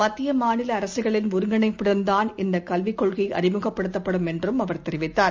மத்தியமாநிலஅரசுகளின் ஒருங்கிணைப்புடன்தான் இந்தகல்விக் கொள்கைஅறிமுகப்படுத்தப்படும் என்றும் அவர் தெரிவித்தார்